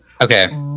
Okay